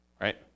Right